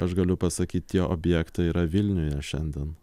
aš galiu pasakyt tie objektai yra vilniuje šiandien